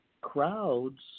crowds